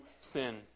sin